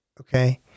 Okay